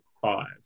five